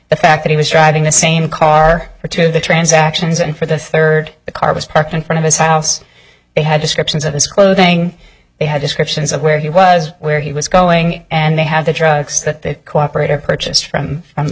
the fact that he was driving the same car for two the transactions and for the third the car was parked in front of his house they had descriptions of his clothing they had descriptions of where he was where he was going and they have the drugs that they've cooperated purchased from from the